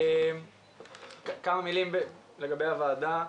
כמה מילים לגבי הוועדה.